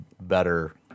better